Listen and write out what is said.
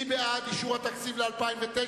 מי בעד אישור התקציב ל-2009?